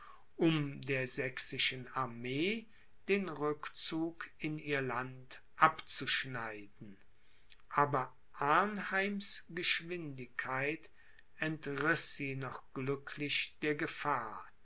um der sächsischen armee den rückzug in ihr land abzuschneiden aber arnheims geschwindigkeit entriß sie noch glücklich der gefahr